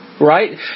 Right